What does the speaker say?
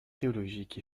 théologiques